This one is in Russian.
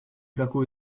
какую